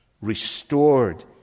restored